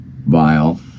Vile